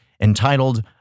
entitled